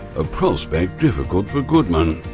a prospect difficult for goodman.